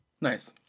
Nice